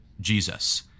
Jesus